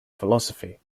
philosophy